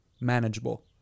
manageable